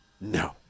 No